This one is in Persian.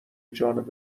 جانب